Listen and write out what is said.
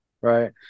right